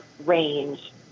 Range